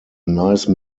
nice